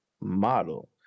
model